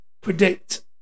predict